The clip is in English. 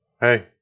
Hey